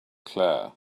claire